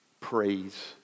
praise